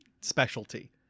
specialty